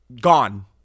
gone